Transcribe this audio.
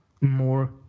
more